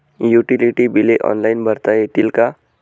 Utility बिले online भरता येतील का?